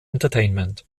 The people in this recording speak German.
entertainment